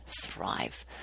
thrive